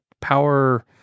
power